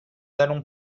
allons